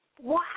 Wow